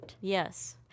Yes